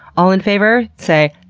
all in favor, say